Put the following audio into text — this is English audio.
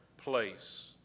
place